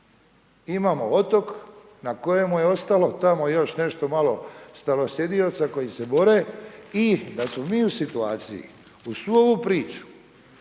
Imamo otok na kojem mu je ostalo tamo još nešto malo starosjedioca koji se bore i da smo mi u situaciji uz svu priču